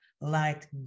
light